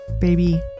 Baby